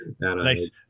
Nice